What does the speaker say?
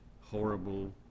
horrible